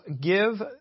give